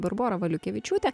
barbora valiukevičiūtė